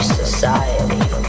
society